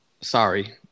sorry